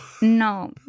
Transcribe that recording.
¿no